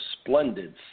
splendid